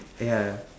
!aiya!